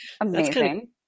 amazing